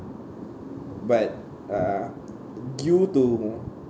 but uh due to